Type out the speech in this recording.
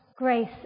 Grace